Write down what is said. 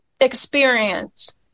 experience